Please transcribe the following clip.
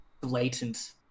blatant